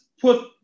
put